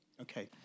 Okay